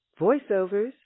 Voiceovers